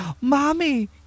Mommy